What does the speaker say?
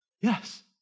Yes